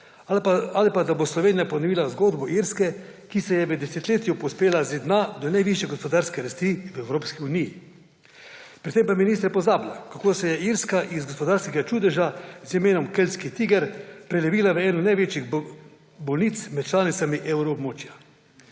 ali pa da bo Slovenija ponovila zgodbo Irske, ki se je v desetletju povzpela z dna do najvišje gospodarske rasti v Evropski uniji. Pri tem pa minister pozablja, kako se je Irska iz gospodarskega čudeža z imenom keltski tiger prelevila v eno največjih bolnic med članicami evroobmočja.